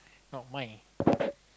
not mine